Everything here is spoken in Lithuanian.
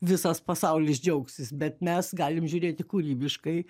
visas pasaulis džiaugsis bet mes galim žiūrėti kūrybiškai